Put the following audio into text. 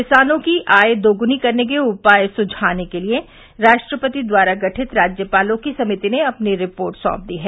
किसानों की आय दोगुनी करने के उपाय सुझाने के लिए राष्ट्रपति द्वारा गठित राज्यपालों की समिति ने अपनी रिपोर्ट सौंप दी है